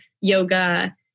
yoga